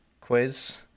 quiz